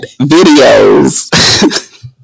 videos